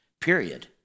period